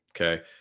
Okay